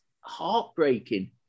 heartbreaking